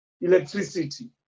electricity